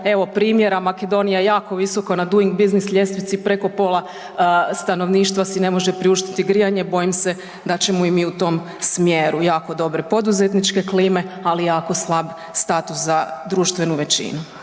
evo primjera, Makedonija je jako visoko na Doing business ljestvici, preko pola stanovništva si ne može priuštiti grijanje, bojim se da ćemo i mi u tom smjeru jako dobre poduzetničke klime ali jako slab status za društvenu većinu.